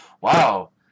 Wow